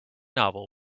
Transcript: novel